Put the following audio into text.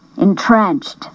entrenched